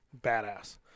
Badass